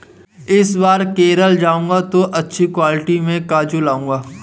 इस बार केरल जाऊंगा तो अच्छी क्वालिटी के काजू लाऊंगा